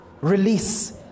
release